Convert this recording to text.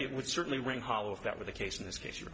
it would certainly ring hollow if that were the case in this case you